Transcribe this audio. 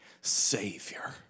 savior